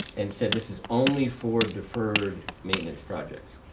and said this is only for deferred maintenance projects.